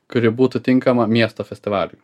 kuri būtų tinkama miesto festivaliui